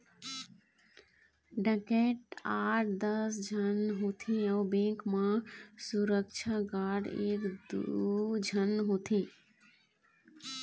डकैत आठ दस झन होथे अउ बेंक म सुरक्छा गार्ड एक दू झन होथे